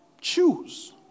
choose